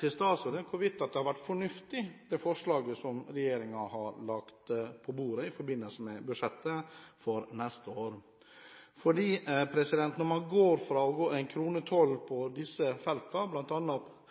til statsråden er hvorvidt det er fornuftig det forslaget som regjeringen har lagt på bordet i forbindelse med budsjettet for neste år, når man går fra kronetoll på disse feltene: biffer og fileter av storfekjøtt, der man ønsker en prosenttoll på 344 pst., hele og halve lammeslakt, hvor ønsker man en prosenttoll på